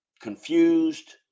confused